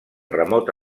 remot